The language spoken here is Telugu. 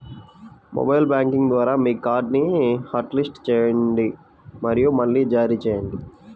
మొబైల్ బ్యాంకింగ్ ద్వారా మీ కార్డ్ని హాట్లిస్ట్ చేయండి మరియు మళ్లీ జారీ చేయండి